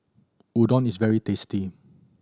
udon is very tasty